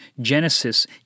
Genesis